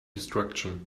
destruction